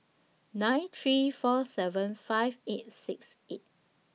nine three four seven five eight six eight